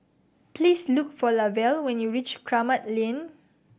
please look for Lavelle when you reach Kramat Lane